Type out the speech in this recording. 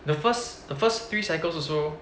the first the first three cycles also